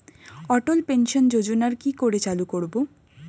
অটল pension যোজনার কি করে চালু করব?